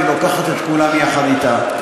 היא לוקחת את כולם יחד אתה.